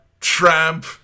tramp